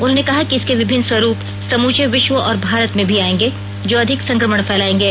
उन्होंने कहा कि इसके विभिन्न स्वरूप समूचे विश्व और भारत में भी आएंगे जो अधिक संक्रमण फैलायेंगे